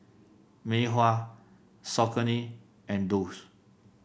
Mei Hua Saucony and Doux